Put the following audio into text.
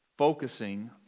Focusing